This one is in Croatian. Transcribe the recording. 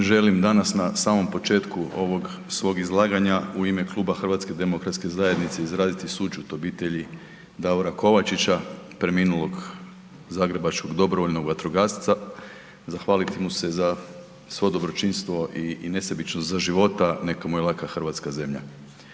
Želim danas na samom početku ovog svog izlaganja u ime Kluba HDZ-a izraziti sućut obitelji Davora Kovačića preminulog zagrebačkog dobrovoljnog vatrogasca, zahvaliti mu se za svo dobročinstvo i, i nesebično za života neka mu je laka hrvatska zemlja.